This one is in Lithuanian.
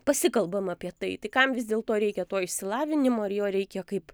pasikalbam apie tai tai kam vis dėlto reikia to išsilavinimo ir jo reikia kaip